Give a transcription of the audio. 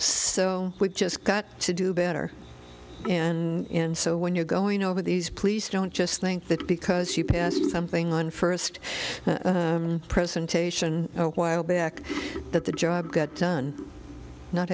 so we just got to do better and so when you're going over these please don't just think that because you passed something on first presentation a while back that the job got done not